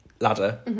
ladder